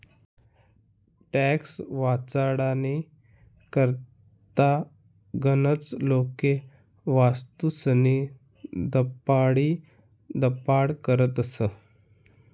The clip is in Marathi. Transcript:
टॅक्स वाचाडानी करता गनच लोके वस्तूस्नी दपाडीदपाड करतस